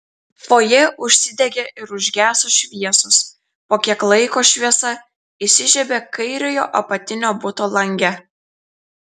fojė užsidegė ir užgeso šviesos po kiek laiko šviesa įsižiebė kairiojo apatinio buto lange